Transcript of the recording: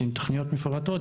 שהן תוכניות מפורטות,